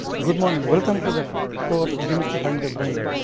good morning, welcome to the course and demystifying the brain,